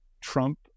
Trump